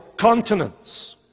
continents